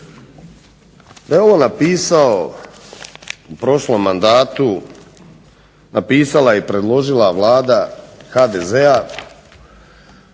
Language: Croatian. Da je ovo napisao u prošlom mandatu, napisala i predložila Vlada HDZ-a